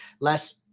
less